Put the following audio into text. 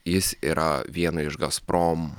jis yra vieno iš gazprom